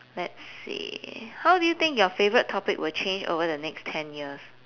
let's see how do you think your favourite topic will change over the next ten years